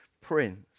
prince